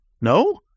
No